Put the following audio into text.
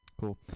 Cool